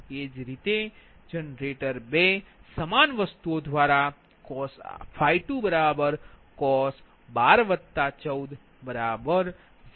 એ જ રીતે જનરેટર 2 સમાન વસ્તુ માટે તે cos 2 cos 1214 0